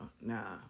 Nah